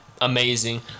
amazing